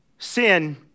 Sin